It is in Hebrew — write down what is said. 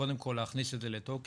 קודם כל להכניס את זה לתוקף